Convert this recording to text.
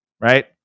right